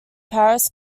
paris